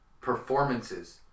performances